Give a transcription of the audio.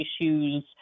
issues